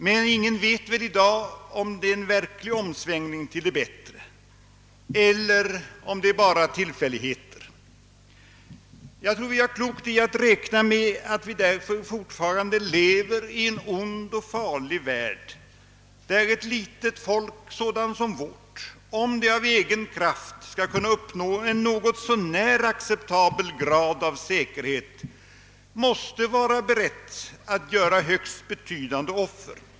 Men ingen vet väl i dag om det är en verklig omsvängning till det bättre eller om det bara är tillfälligheter. Jag tror därför att vi gör klokt i att fortfarande räkna med att vi lever i en ond och farlig värld, där ett litet folk, sådant som vårt, om det av egen kraft skall kunna uppnå en något så när acceptabel grad av säkerhet, måste vara berett att göra högst betydande offer.